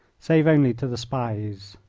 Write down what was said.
save only to the spahis.